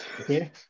okay